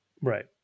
Right